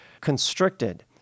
constricted